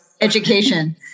education